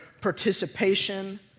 Participation